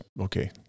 okay